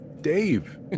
Dave